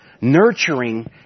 Nurturing